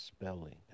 spelling